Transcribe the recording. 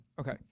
Okay